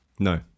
No